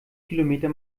kilometer